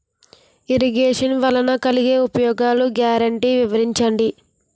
Irrigation వలన కలిగే ఉపయోగాలు గ్యారంటీ వివరించండి?